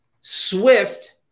Swift